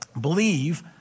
believe